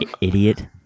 idiot